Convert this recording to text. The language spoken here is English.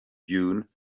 dune